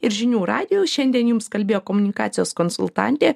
ir žinių radiju šiandien jums kalbėjo komunikacijos konsultantė